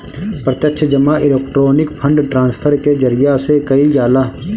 प्रत्यक्ष जमा electronic fund transfer के जरिया से कईल जाला